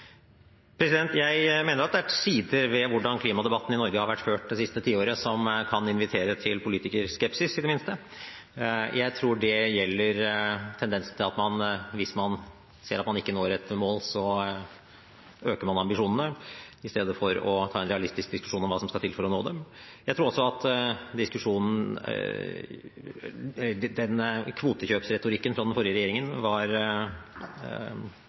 Jeg mener at det er sider ved hvordan klimadebatten i Norge har vært ført det siste tiåret, som kan invitere til politikerskepsis, i det minste. Jeg tror det gjelder tendensen til at hvis man ser at man ikke når et mål, øker man ambisjonene i stedet for å ta en realistisk diskusjon om hva som skal til for å nå dem. Jeg tror også at kvotekjøpsretorikken fra den forrige regjeringen var